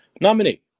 nominee